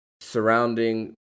surrounding